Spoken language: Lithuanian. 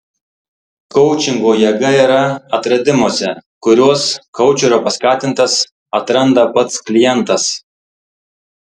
koučingo jėga yra atradimuose kuriuos koučerio paskatintas atranda pats klientas